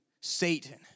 Satan